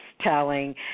telling